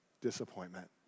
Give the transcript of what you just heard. disappointment